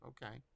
Okay